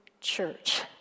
church